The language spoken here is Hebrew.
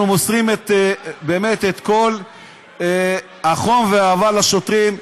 אנחנו מוסרים את כל החום והאהבה לשוטרים,